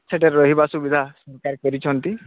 ସେଠାରେ ରହିବା ସୁବିଧା କରିଛନ୍ତି